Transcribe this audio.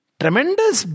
tremendous